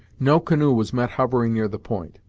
no canoe was met hovering near the point.